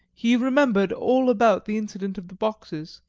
he remembered all about the incident of the boxes,